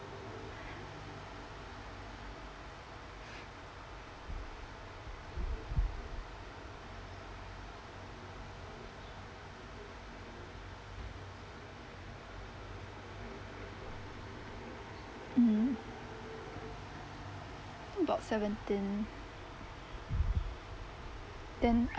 mm mm about seventeen then